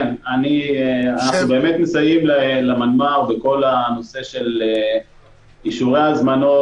אנחנו באמת מסייעים למנמ"ר בכל הנושא של אישור הזמנות